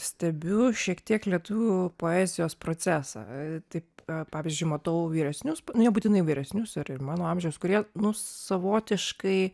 stebiu šiek tiek lietuvių poezijos procesą taip pavyzdžiui matau vyresnius nebūtinai vyresnius ir mano amžiaus kurie savotiškai